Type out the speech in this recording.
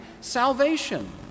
salvation